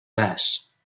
less